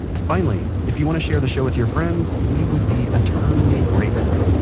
finally if you want to share the show with your friends, we would be eternally grateful.